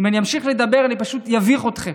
אם אני אמשיך לדבר אני פשוט אביך אתכם,